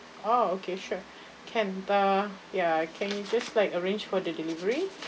oh okay sure can uh ya can you just like arrange for the delivery